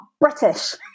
British